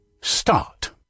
start